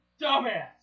dumbass